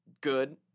good